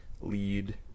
lead